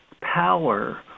power